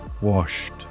washed